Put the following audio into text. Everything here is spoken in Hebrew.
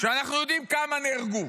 כשאנחנו יודעים כמה נהרגו,